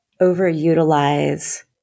overutilize